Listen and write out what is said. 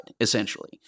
essentially